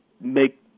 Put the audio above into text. make